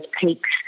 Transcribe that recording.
peaks